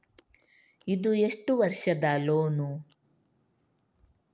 ಇದು ಎಷ್ಟು ವರ್ಷದ ಲೋನ್?